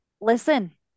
listen